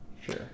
Sure